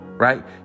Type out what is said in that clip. Right